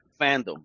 fandom